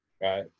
right